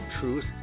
Truth